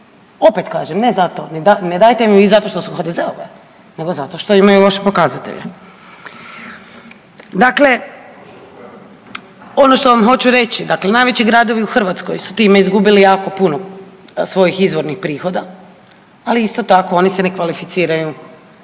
ne zato, ne dajete im vi zato što su HDZ-ove nego zato što imaju loše pokazatelje. Dakle, ono što vam hoću reći, dakle najveći gradovi u Hrvatskoj su time izgubili jako puno svojih izvornih prihoda, ali isto tako oni se ne kvalificiraju